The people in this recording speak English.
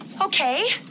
Okay